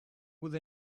would